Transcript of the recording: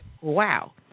wow